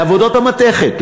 לעבודות המתכת,